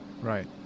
Right